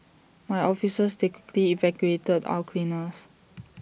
my officers they quickly evacuated our cleaners